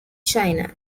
china